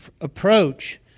approach